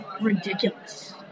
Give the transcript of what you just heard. Ridiculous